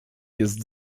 jest